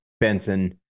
Benson